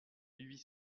huit